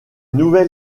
nouvel